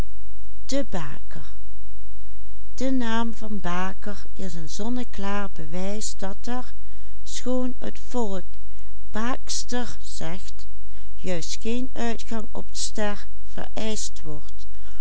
baakster zegt juist geen uitgang op ster vereischt wordt